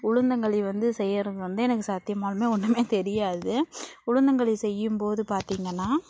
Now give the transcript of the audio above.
உளுந்தங்களி வந்து செய்கிறது வந்து எனக்கு சத்தியமாலுமே ஒன்றுமே தெரியாது உளுந்தங்களி செய்யும் போது பார்த்தீங்கன்னா